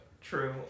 True